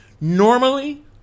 Normally